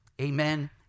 Amen